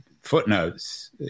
footnotes